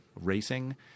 racing